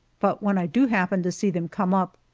but when i do happen to see them come up,